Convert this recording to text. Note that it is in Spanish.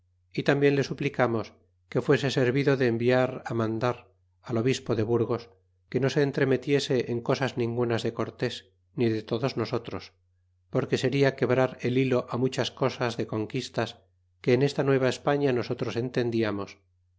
y tambien le suplicamos que fuese servido de enviar mandar al obispo de burgos que no se entremetiese en cosas ningunas de cortés ni de todos nosotros porque seria quebrar el hilo á muchas cosas de conquistas que en esta nueva esparia nosotros entendiamos